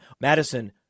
Madison